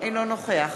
אינו נוכח